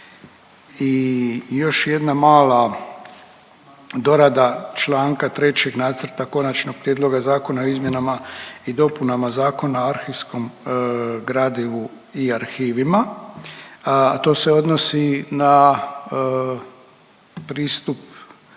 I još jedna mala dorada čl. 3. Nacrta Konačnog prijedloga Zakona o izmjenama i dopunama Zakona o arhivskom gradivu i arhivima, to se odnosi na pristup